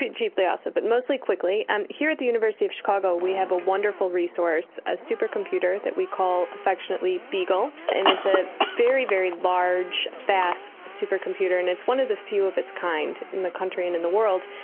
cheaply also but mostly quickly. and here at the university of chicago we have a wonderful resource, a supercomputer that we call affectionately beagle, and it's a very, very large fast supercomputer, and it's one of the few of its kind in the country and in the world.